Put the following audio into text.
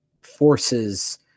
forces